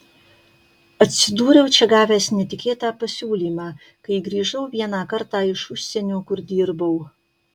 atsidūriau čia gavęs netikėtą pasiūlymą kai grįžau vieną kartą iš užsienio kur dirbau